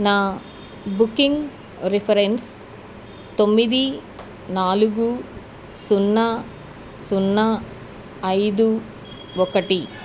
నా booking reference తొమ్మిది నాలుగు సున్నా సున్నా ఐదు ఒకటి